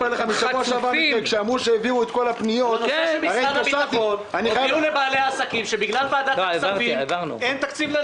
בנושא של משרד הביטחון הודיעו לבעלי עסקים שבגלל ועדת הכספים אין תקציב,